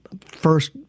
First